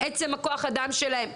עצם כוח האדם שלהם.